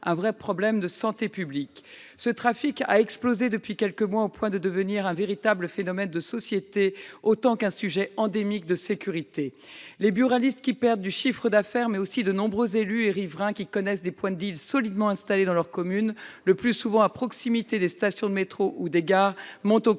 un véritable problème de santé publique. Ce trafic a explosé depuis quelques mois, au point de devenir un véritable phénomène de société, autant qu’un problème endémique de sécurité. Les buralistes, qui perdent du chiffre d’affaires, mais aussi de nombreux élus et riverains, qui connaissent des points de solidement installés dans leurs communes, le plus souvent à proximité des stations de métro ou des gares,